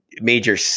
major